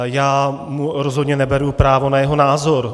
Já mu rozhodně neberu právo na jeho názor.